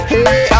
Hey